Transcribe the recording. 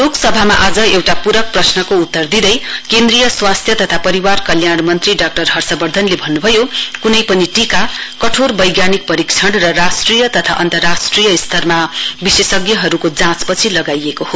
लोकसभामा आज एउटा पुरक प्रश्नको उत्तर दिँदै केन्द्रीय स्वास्थ्य तथा परिवार कल्याण मन्त्री डा हर्षवर्धनले भन्नुभयो कुनै पनि टीका कठोर वैज्ञानिक परीक्षण र राष्ट्रिय तथा अन्तर्राष्ट्रिय स्तरमा विशेषज्ञहरुका जाँचपछि लगाइएको हो